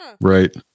right